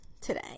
today